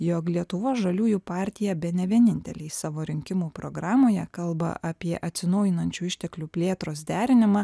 jog lietuvos žaliųjų partija bene vieninteliai savo rinkimų programoje kalba apie atsinaujinančių išteklių plėtros derinimą